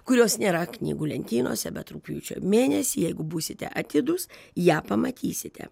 kurios nėra knygų lentynose bet rugpjūčio mėnesį jeigu būsite atidūs ją pamatysite